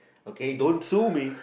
okay don't sue me